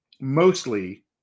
mostly